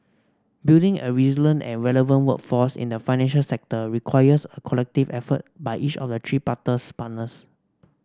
building a resilient and relevant workforce in the financial sector requires a collective effort by each of the tripartite partners